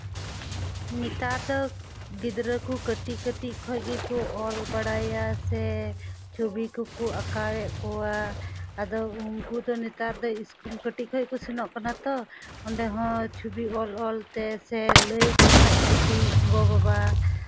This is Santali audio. ᱱᱮᱛᱟᱨ ᱫᱚ ᱜᱤᱫᱽᱨᱟᱹ ᱠᱚ ᱠᱟᱹᱴᱤᱡ ᱠᱟᱹᱴᱤᱡ ᱠᱷᱚᱡ ᱜᱮᱠᱚ ᱚᱞ ᱵᱟᱲᱟᱭᱟ ᱥᱮ ᱪᱷᱚᱵᱤ ᱠᱚᱠᱚ ᱟᱸᱠᱟᱣᱮᱫ ᱠᱚᱣᱟ ᱟᱫᱚ ᱩᱱᱠᱩ ᱫᱚ ᱱᱮᱛᱟᱨ ᱫᱚ ᱤᱥᱠᱩᱞ ᱠᱟᱹᱴᱤᱡ ᱠᱷᱚᱡ ᱠᱚ ᱥᱮᱱᱚᱜ ᱠᱟᱱᱟ ᱛᱚ ᱚᱸᱰᱮᱦᱚᱸ ᱪᱷᱚᱵᱤ ᱚᱞ ᱚᱞᱛᱮ ᱥᱮ ᱞᱟᱹᱭ ᱟᱠᱚ ᱠᱷᱟᱡ ᱠᱟᱹᱴᱤᱡ ᱜᱚᱼᱵᱟᱵᱟ